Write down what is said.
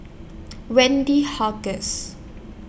Wendy How Guess